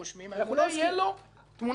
תהיה לו תמונת ראי.